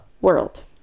world